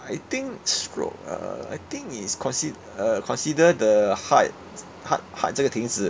I think stroke uh I think is consi~ uh consider the heart heart heart 这个停止